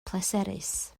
pleserus